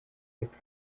hip